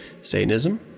Satanism